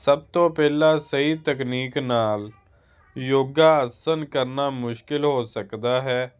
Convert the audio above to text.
ਸਭ ਤੋਂ ਪਹਿਲਾਂ ਸਹੀ ਤਕਨੀਕ ਨਾਲ ਯੋਗਾ ਆਸਣ ਕਰਨਾ ਮੁਸ਼ਕਿਲ ਹੋ ਸਕਦਾ ਹੈ